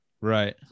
right